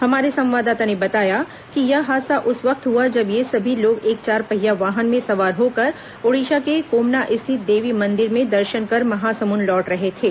हमारे संवाददाता ने बताया कि यह हादसा उस वक्त हुआ जब ये सभी लोग एक चारपहिया वाहन में सवार होकर ओडिशा के कोमना स्थित देवी मंदिर में दर्शन कर मंहासमुंद लौट रहे थे